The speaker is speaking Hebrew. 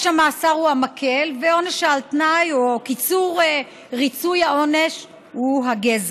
עונש המאסר הוא המקל והעונש על תנאי או קיצור ריצוי העונש הם הגזר.